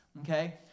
okay